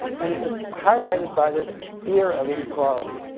and it's highlighted by this fear of inequality.